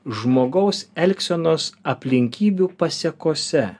žmogaus elgsenos aplinkybių pasekose